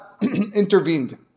intervened